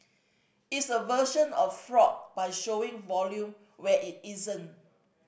it's a version of fraud by showing volume where it isn't